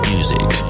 Music